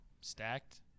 stacked